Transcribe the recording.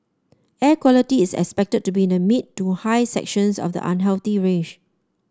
air quality is expected to be the mid to high sections of the unhealthy range